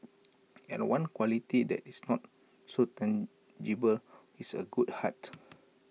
and one quality that is not so tangible is A good heart